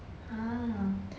ha